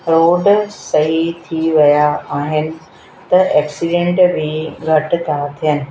road सही थी विया आहिनि त एक्सीडेंट बि घटि था थियनि